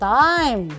time